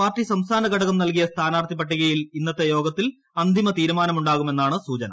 party സംസ്ഥാന ഘടകം നൽകിയ സ്ഥാനാർത്ഥി പട്ടികയിൽ ഇന്നത്തെ യോഗത്തിൽ അന്തിമ തീരുമാനമുണ്ടാകുമെന്നാണ് സൂചന